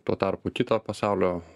tuo tarpu kito pasaulio